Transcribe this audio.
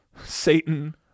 Satan